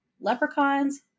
leprechauns